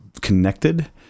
connected